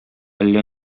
әллә